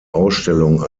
ausstellung